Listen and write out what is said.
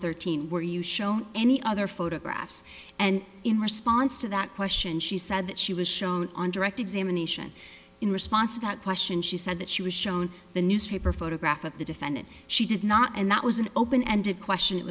thirteen where you show any other photographs and in response to that question she said that she was shown on direct examination in response to that question she said that she was shown the newspaper photograph of the defendant she did not and that was an open ended question it